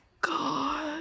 God